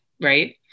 Right